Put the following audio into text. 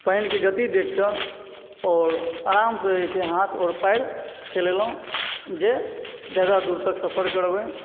पानिके गति देखके आओर आरामसँ जे छै हाथ आओर पयर चेलेलहुँ जे जादा दूर तक सफर करबय